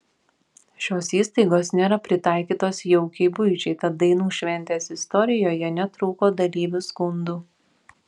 šios įstaigos nėra pritaikytos jaukiai buičiai tad dainų šventės istorijoje netrūko dalyvių skundų